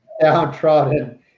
downtrodden